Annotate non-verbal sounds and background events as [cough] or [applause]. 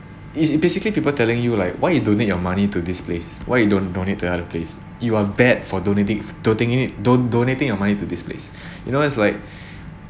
is it basically people telling you like why you donate your money to this place why you don't donate to other place you are bad for donating doting in it don~ donating your money to this place [breath] you know it's like [breath]